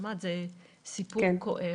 שמעת, זה סיפור כואב.